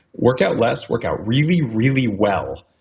work out less, work out really really well,